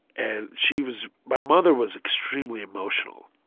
and she was my mother was extremely emotional